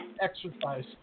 exercise